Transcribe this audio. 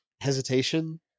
hesitation